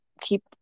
keep